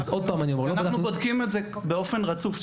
אנחנו בודקים את זה באופן רצוף.